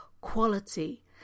quality